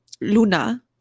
Luna